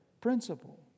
principle